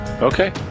okay